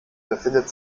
befindet